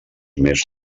més